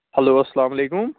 hello اَسَلام علیکُم